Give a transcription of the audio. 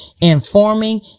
informing